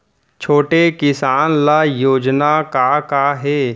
छोटे किसान ल योजना का का हे?